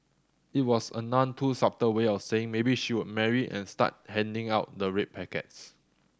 it was a none too subtle way of saying maybe she would marry and start handing out the red packets